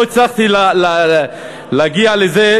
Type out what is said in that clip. לא הצלחתי להגיע לזה,